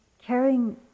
caring